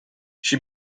she